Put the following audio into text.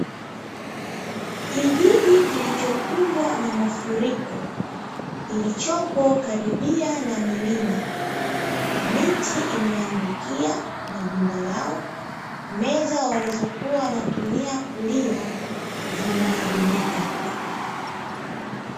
Kijiji kilichokumbwa na mafuriko kilichopo karibia na milima, miti imeangukia majumbani yao. Meza walizokuwa wanatumia kulia zimeharibika.